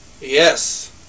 Yes